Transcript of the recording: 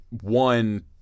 one –